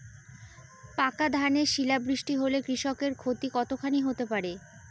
পাকা ধানে শিলা বৃষ্টি হলে কৃষকের ক্ষতি কতখানি হতে পারে?